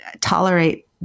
tolerate